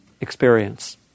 experience